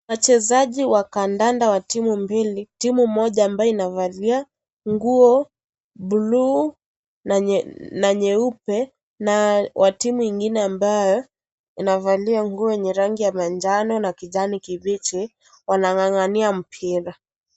Wachezaji wa kandanda wa timu mbili timu moja ambayo inavalia nguo ya bluu na nyeupe na timu nyingine inayovaa manjano na kijani kibichi wanang'ang'ania mpira